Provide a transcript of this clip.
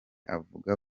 avuga